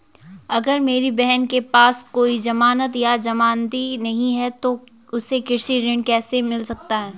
अगर मेरी बहन के पास कोई जमानत या जमानती नहीं है तो उसे कृषि ऋण कैसे मिल सकता है?